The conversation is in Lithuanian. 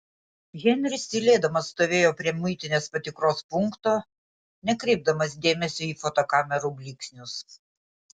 henris tylėdamas stovėjo prie muitinės patikros punkto nekreipdamas dėmesio į fotokamerų blyksnius